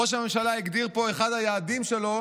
ראש הממשלה הגדיר פה שאחד היעדים שלו